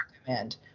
recommend